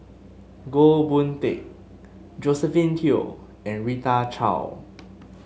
Goh Boon Teck Josephine Teo and Rita Chao